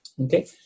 Okay